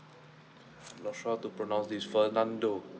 let's try to pronounce this fernando